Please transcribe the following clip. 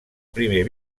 primer